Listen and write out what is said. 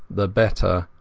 the better.